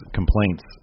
complaints